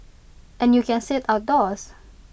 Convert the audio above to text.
and you can sit outdoors